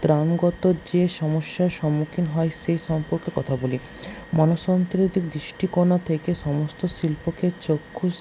ত্রানগত যে সমস্যার সম্মুখীন হয় সেই সম্পর্কে কথা বলি মন দৃষ্টিকোণ থেকে সমস্ত শিল্পকে চাক্ষুষ